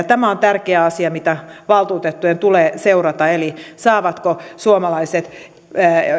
tämä on tärkeä asia mitä valtuutettujen tulee seurata eli saavatko suomalaiset